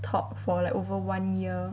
talk for like over one year